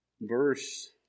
Verse